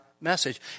message